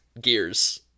gears